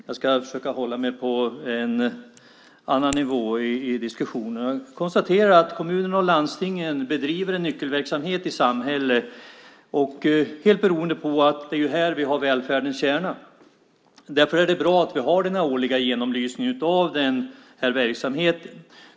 Jag ska försöka hålla mig på en annan nivå i diskussionen och konstatera att kommunerna och landstingen bedriver en nyckelverksamhet i samhället, helt beroende på att det är där vi har välfärdens kärna. Därför är det bra att vi har den här årliga genomlysningen av verksamheten.